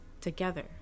together